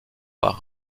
sur